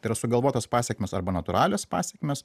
yra sugalvotos pasekmės arba natūralios pasekmės